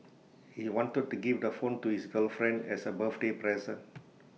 he wanted to give the phone to his girlfriend as A birthday present